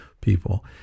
people